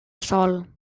sol